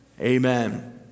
amen